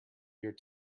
year